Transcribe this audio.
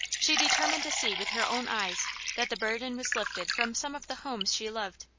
she determined to see with her own eyes that the burden was lifted from some of the homes she loved.